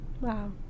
Wow